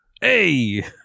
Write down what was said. Hey